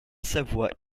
savoie